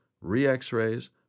re-x-rays